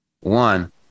One